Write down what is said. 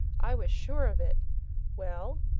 i was sure of it well,